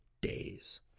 days